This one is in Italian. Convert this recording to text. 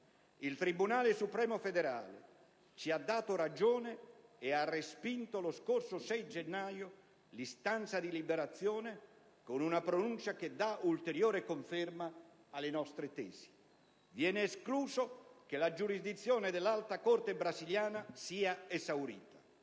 Il Tribunale supremo federale ci ha dato ragione e ha respinto, lo scorso 6 gennaio, l'istanza di liberazione, con una pronuncia che dà ulteriore conferma alle nostre tesi. Viene escluso che la giurisdizione dell'Alta corte brasiliana sia esaurita;